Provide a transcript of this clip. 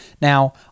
Now